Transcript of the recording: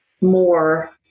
more